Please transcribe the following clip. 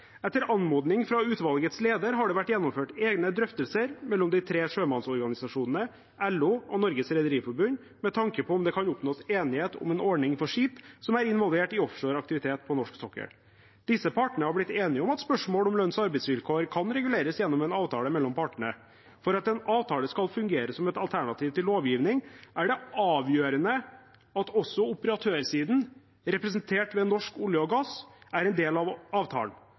anmodning fra utvalgets leder har det vært gjennomført egne drøftelser mellom de tre sjømannsorganisasjonene, LO og Norges Rederiforbund med tanke på om det kan oppnås enighet om en ordning for skip som er involvert i offshore aktivitet på norsk sokkel. Disse partene har blitt enige om at spørsmålet om lønns- og arbeidsvilkår kan reguleres gjennom en avtale mellom partene. For at en avtale skal fungere som et alternativ til lovgivning, er det avgjørende at også operatørsiden representert ved Norsk Olje og Gass er en del av avtalen.